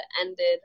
ended